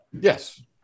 Yes